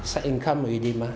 side income already mah